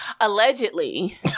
Allegedly